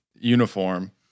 uniform